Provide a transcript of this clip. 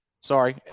Sorry